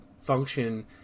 function